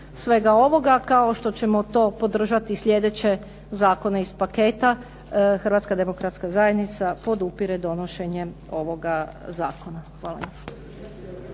svega ovoga kao što ćemo to podržati sljedeće zakone iz paketa, Hrvatska demokratska zajednica podupire donošenje ovoga zakona. Hvala